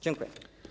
Dziękuję.